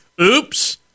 Oops